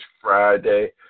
Friday